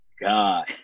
god